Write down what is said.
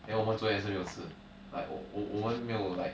then 我们昨天也是没有吃 like 我我我们没有 like